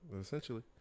essentially